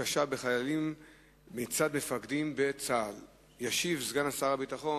1003 ומס' 1020,